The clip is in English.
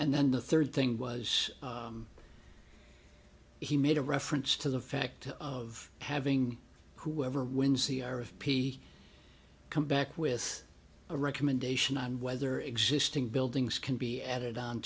and then the third thing was he made a reference to the fact of having whoever wins the air of p come back with a recommendation on whether existing buildings can be added